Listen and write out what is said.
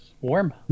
warm